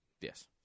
yes